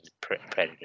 Predator